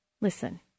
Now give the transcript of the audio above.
listen